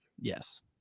Yes